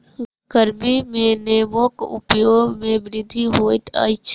गर्मी में नेबोक उपयोग में वृद्धि होइत अछि